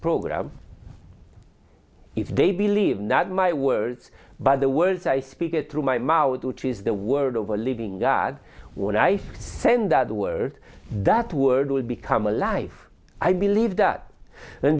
program if they believe not my words but the words i speak it through my mouth which is the word of a living god when i send out the word that word would become a life i believe that